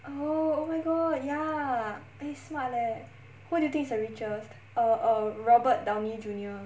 oh oh my god ya eh smart leh who do you think is the richest err err robert downey junior